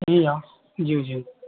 ए ज्यू ज्यू